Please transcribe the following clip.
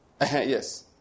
yes